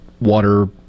water